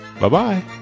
Bye-bye